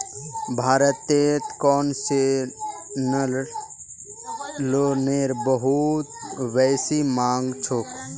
भारतत कोन्सेसनल लोनेर बहुत बेसी मांग छोक